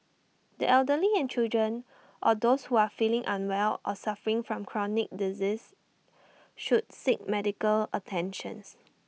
the elderly and children or those who are feeling unwell or suffering from chronic disease should seek medical attentions